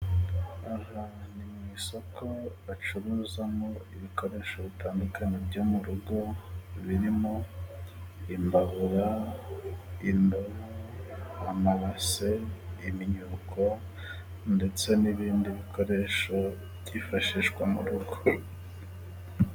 Aha ni mu isoko bacuruzamo ibikoresho bitandukanye byo mu rugo, birimo imbabura, indobo, amabase, imyuko ndetse n'ibindi bikoresho byifashishwa mu rugo.